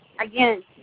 Again